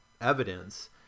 evidence